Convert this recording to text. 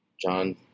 John